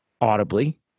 audibly